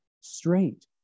straight